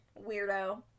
Weirdo